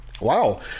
Wow